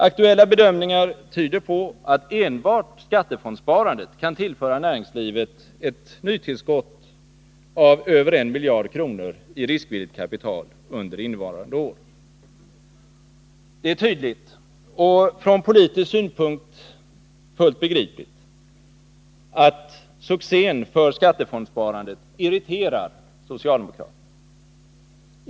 Aktuella bedömningar tyder på att enbart skattefondssparandet kan tillföra näringslivet ett nytillskott av över en miljard kronor i riskvilligt kapital under innevarande år. Det är tydligt — och från politisk synpunkt fullt begripligt — att succén för skattefondssparandet irriterar socialdemokraterna.